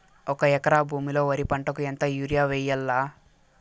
ఒక ఎకరా భూమిలో వరి పంటకు ఎంత యూరియ వేయల్లా?